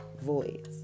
voice